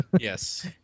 Yes